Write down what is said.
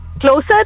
Closer